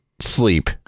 sleep